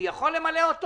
אני יכול למלא אותו?